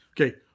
Okay